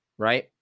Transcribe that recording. Right